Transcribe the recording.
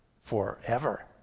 forever